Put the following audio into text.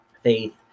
faith